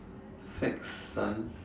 fads done